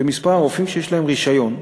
זה מספר הרופאים שיש להם רישיון.